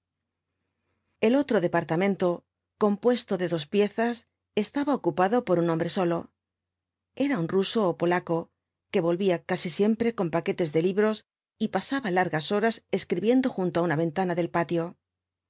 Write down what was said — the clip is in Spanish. el otro departamento compuesto de dos piezas estaba ocupado por un hombre solo era un ruso ó polaco que volvía casi siempre con paquetes de libros y pasa ba largas horas escribiendo junto á una ventana del patio